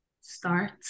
start